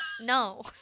no